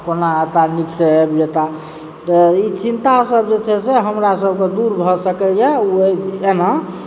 कोना एता नीकसँ आबि जेता तऽ ई चिन्तासभ जे छै से हमरा सभक दूर भऽ सकैए वहीं एना